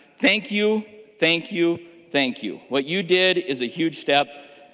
thank you thank you thank you. what you did is a huge step.